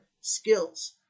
skills